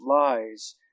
lies